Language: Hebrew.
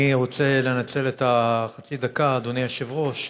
אני רוצה לנצל את חצי הדקה, אדוני היושב-ראש,